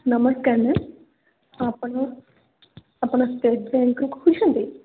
ନମସ୍କାର ମ୍ୟାମ୍ ହଁ ଆପଣ ଆପଣ ଷ୍ଟେଟ୍ ବ୍ୟାଙ୍କରୁ କହୁଛନ୍ତି